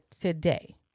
today